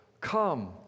come